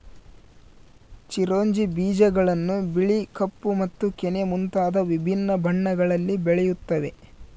ಚಿರೊಂಜಿ ಬೀಜಗಳನ್ನು ಬಿಳಿ ಕಪ್ಪು ಮತ್ತು ಕೆನೆ ಮುಂತಾದ ವಿಭಿನ್ನ ಬಣ್ಣಗಳಲ್ಲಿ ಬೆಳೆಯುತ್ತವೆ